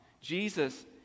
Jesus